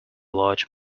large